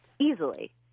easily